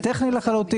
זה טכני לחלוטין.